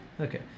Okay